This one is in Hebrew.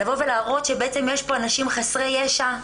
לבוא ולהראות שבעצם יש פה אנשים חסרי ישע.